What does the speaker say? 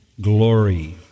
glory